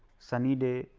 sunny day,